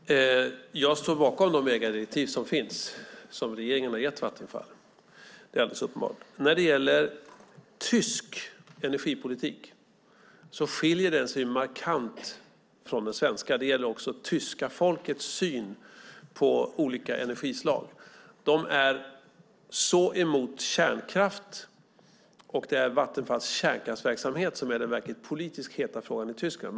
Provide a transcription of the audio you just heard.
Fru talman! Jag står bakom de ägardirektiv som finns som regeringen har gett Vattenfall. Det är alldeles uppenbart. Tysk energipolitik skiljer sig markant från den svenska. Det gäller också det tyska folkets syn på olika energislag. De är så emot kärnkraft, och det är Vattenfalls kärnkraftspolitik som är den verkligt heta politiska frågan i Tyskland.